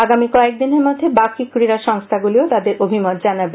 আগামী কয়েকদিনের মধ্যে বাকি ক্রীডা সংস্থাগুলিও তাদের অভিমত জানাবে